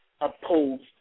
opposed